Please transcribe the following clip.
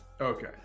Okay